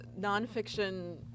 nonfiction